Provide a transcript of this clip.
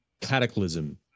cataclysm